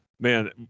Man